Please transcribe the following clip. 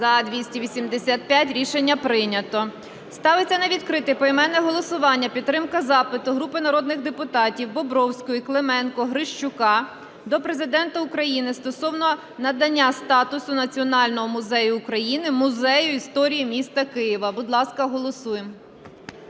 За-285 Рішення прийнято. Ставиться на відкрите поіменне голосування підтримка запиту групи народних депутатів (Бобровської, Клименко, Грищука) до Президента України стосовно надання статусу національного музею України Музею історії міста Києва. Будь ласка, голосуємо.